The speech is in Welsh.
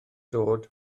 dod